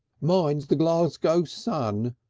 mine's the glasgow sun,